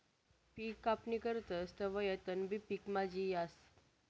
पिक कापणी करतस तवंय तणबी पिकमा यी जास